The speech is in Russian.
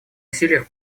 усилиях